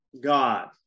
God